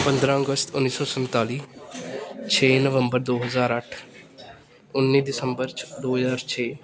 ਪੰਦਰਾਂ ਅਗਸਤ ਉੱਨੀ ਸੌ ਸੰਤਾਲੀ ਛੇ ਨਵੰਬਰ ਦੋ ਹਜ਼ਾਰ ਅੱਠ ਉੱਨੀ ਦਸੰਬਰ ਚ ਦੋ ਹਜ਼ਾਰ ਛੇ